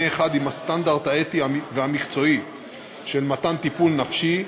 אחד עם הסטנדרט האתי והמקצועי של מתן טיפול נפשי,